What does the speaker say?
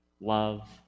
love